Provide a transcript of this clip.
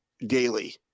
daily